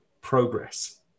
progress